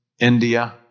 India